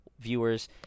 viewers